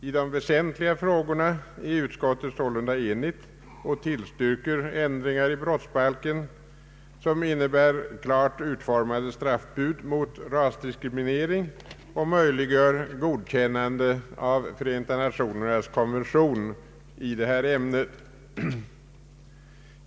I de väsentliga frågorna är utskottet sålunda enigt och tillstyrker ändringar i brottsbalken som innebär klart utformade straffbud mot rasdiskriminering och möjliggör godkännande av Förenta nationernas konvention i detta ämne.